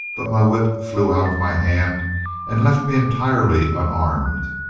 but my whip flew out of my hand and left me entirely unarmed.